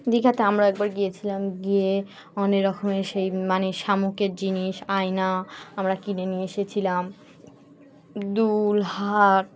দীঘাতে আমরা একবার গিয়েছিলাম গিয়ে অনেক রকমের সেই মানে শামুকের জিনিস আয়না আমরা কিনে নিয়ে এসেছিলাম দুল হার